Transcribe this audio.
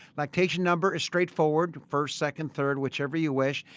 lactation number is straight forward first, second third, which ever you wish.